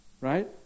Right